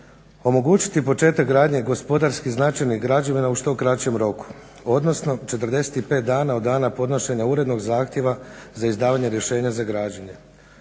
omogućiti početak gradnje gospodarskih značajnih građevina u što kraćem roku, odnosno 45 dana od dana podnošenja urednog zahtjeva za izdavanje rješenja za građenje;